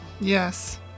Yes